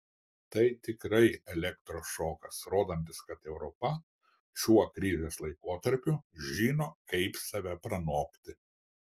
tai tikras elektros šokas rodantis kad europa šiuo krizės laikotarpiu žino kaip save pranokti